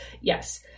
Yes